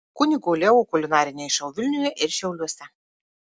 kunigo leo kulinariniai šou vilniuje ir šiauliuose